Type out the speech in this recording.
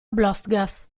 blostgas